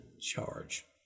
charge